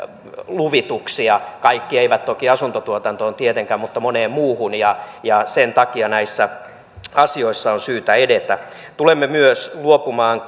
luvituksia kaikki eivät toki asuntotuotantoon tietenkään mutta moneen muuhun ja ja sen takia näissä asioissa on syytä edetä tulemme myös luopumaan